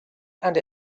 and